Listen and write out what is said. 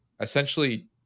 essentially